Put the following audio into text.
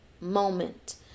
moment